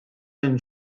minn